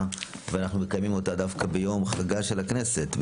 ואנחנו מקיימים אותה דווקא ביום חגה של הכנסת,